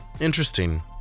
Interesting